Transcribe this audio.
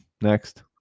next